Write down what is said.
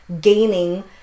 gaining